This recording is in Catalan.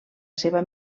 seva